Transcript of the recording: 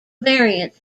variants